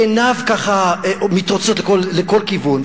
עיניו ככה מתרוצצות לכל כיוון,